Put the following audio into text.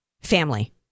family